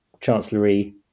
chancellery